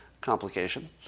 complication